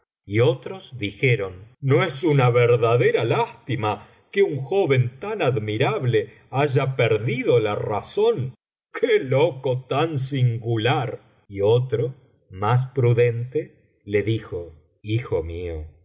y otros dijeron no es una verdadera lástima que un joven tan admirable haya perdido la razón qué loco tan singular y otro más prudente le dijo hijo mío